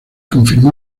confirmó